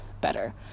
better